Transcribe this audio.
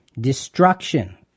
Destruction